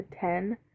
ten